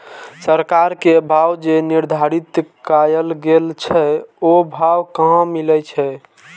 सरकार के भाव जे निर्धारित कायल गेल छै ओ भाव कहाँ मिले छै?